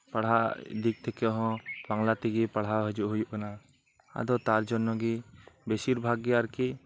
ᱯᱟᱲᱦᱟᱜ ᱫᱤᱠ ᱛᱷᱮᱠᱮ ᱦᱚᱸ ᱵᱟᱝᱞᱟ ᱛᱮᱜᱮ ᱯᱟᱲᱦᱟᱣ ᱦᱤᱡᱩᱜ ᱦᱩᱭᱩᱜ ᱠᱟᱱᱟ ᱟᱫᱚ ᱛᱟᱨ ᱡᱚᱱᱱᱚ ᱜᱮ ᱵᱮᱥᱤᱨ ᱵᱷᱟᱜᱽ ᱜᱮ ᱟᱨ ᱠᱤ